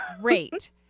Great